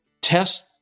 test